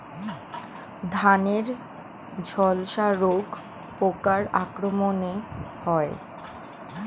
ধানের ঝলসা রোগ পোকার আক্রমণে হয়?